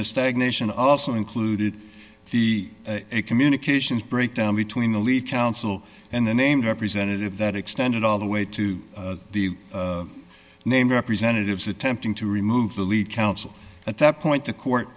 the stagnation also included the communications breakdown between the lead council and the named representative that extended all the way to the named representatives attempting to remove the lead council at that point the court